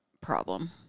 problem